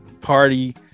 party